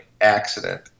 accident